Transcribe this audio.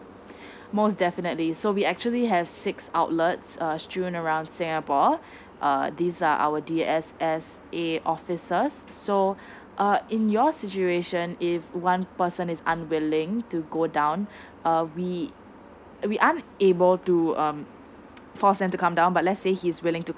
most definitely so we actually have six outlets err strewn around singapore err these are our D S S A offices so uh in your situation if one person is unwilling to go down uh we we aren't able to um force him to come down but let's say he's willing to